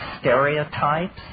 stereotypes